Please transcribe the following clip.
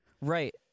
Right